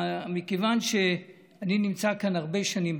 מכיוון שאני נמצא כאן הרבה שנים,